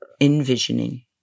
envisioning